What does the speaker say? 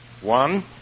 One